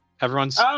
Everyone's